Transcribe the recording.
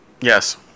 Yes